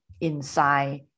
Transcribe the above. inside